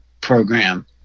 program